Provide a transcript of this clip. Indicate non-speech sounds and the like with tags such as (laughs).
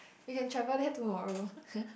you can travel there tomorrow (laughs)